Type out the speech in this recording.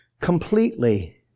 completely